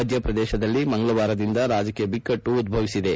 ಮಧ್ಯ ಪ್ರದೇಶದಲ್ಲಿ ಮಂಗಳವಾರದಿಂದ ರಾಜಕೀಯ ಬಿಕ್ಕಟ್ಟು ಉದ್ಭವಿಸಿದೆ